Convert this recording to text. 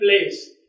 place